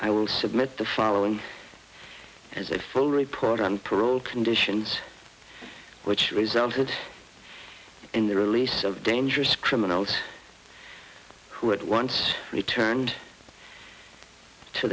will submit the following as a full report on parole conditions which resulted in the release of dangerous criminals who had once returned to